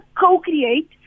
co-create